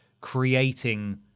creating